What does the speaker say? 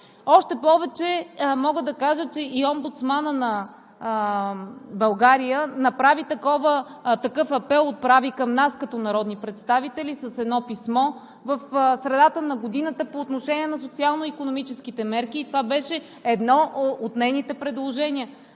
Още повече че и омбудсманът на България отправи такъв апел към нас, като народни представители, с едно писмо в средата на годината по отношение на социално-икономическите мерки, и това беше едно от нейните предложения.